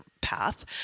path